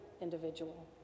individual